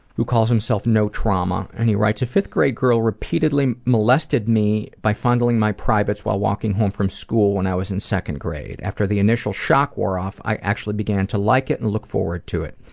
who calls himself notrauma, and he writes a fifth grade girl repeatedly molested me by fondling my privates while walking home from school and i was in second grade. after the initial shock wore off, i actually began to like it and look forward to it.